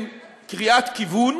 שהיא מעין קריאת כיוון.